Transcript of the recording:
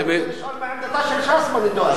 אני רוצה לשאול מה עמדתה של ש"ס בנדון.